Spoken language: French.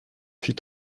fit